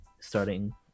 starting